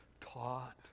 taught